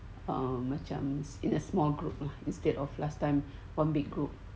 um macam in a small group lah instead of last time one big group